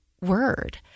word